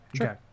okay